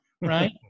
right